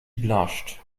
blushed